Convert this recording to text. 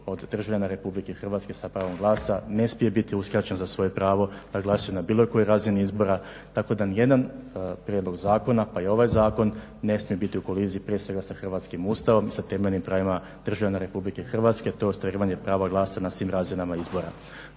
od državljana RH sa pravom glasa ne smije biti uskraćen za svoje pravo da glasuje na bilo kojoj razini izbora, tako da nijedan prijedlog zakona pa ni ovaj zakon ne smije biti u koliziji prije svega sa hrvatskim Ustavom i sa temeljnim pravima državljana RH to ostvarivanje prava glas na svim razinama izbora.